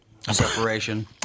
separation